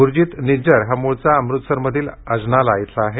गुरजीत निज्जर हा मुळचा अमुतसरमधील अजनाला इथला आहे